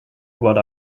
what